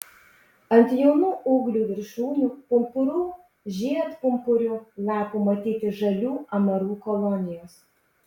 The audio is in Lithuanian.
ant jaunų ūglių viršūnių pumpurų žiedpumpurių lapų matyti žalių amarų kolonijos